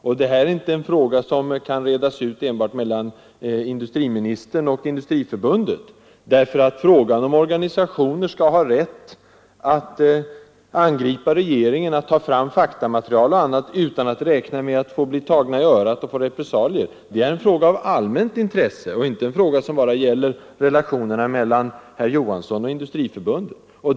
Detta är heller inte en fråga som kan redas ut av bara industriministern och Industriförbundet. Frågan huruvida organisationer skall ha rätt att angripa regeringen och redovisa faktamaterial, utan att behöva räkna med att bli tagna i örat och få vidkännas repressalier, är ju en fråga av allmänt intresse. Det är inte någonting som bara gäller relationerna mellan herr Johansson och Industriförbundet.